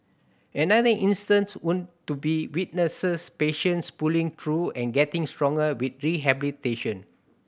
another instance would to be witnesses patients pulling through and getting stronger with rehabilitation